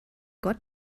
gott